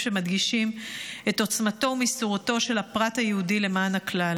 שמדגישים את עוצמתו ומסירותו של הפרט היהודי למען הכלל.